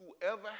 whoever